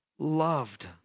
Loved